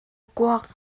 kuak